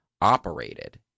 operated